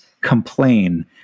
complain